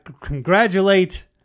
congratulate